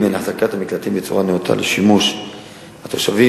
אחזקת המקלטים בצורה נאותה לשימוש התושבים,